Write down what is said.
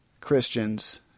Christians